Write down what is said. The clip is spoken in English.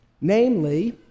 namely